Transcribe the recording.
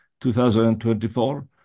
2024